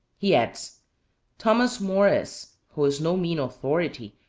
he adds thomas maurice, who is no mean authority,